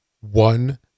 one